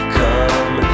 come